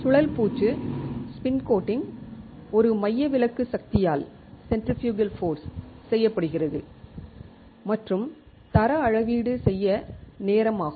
சுழல் பூச்சு ஒரு மையவிலக்கு சக்தியால் செய்யப்படுகிறது மற்றும் தர அளவீடு செய்ய நேரம் ஆகும்